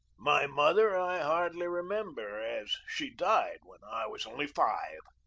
my mother i hardly remember, as she died when i was only five.